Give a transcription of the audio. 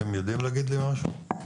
אתם יודעים להגיד לי משהו?